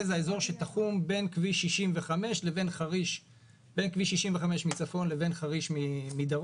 האזור הזה הוא האזור שתחום בין כביש 65 מצפון לבין חריש מדרום,